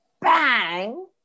bang